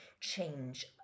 change